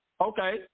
Okay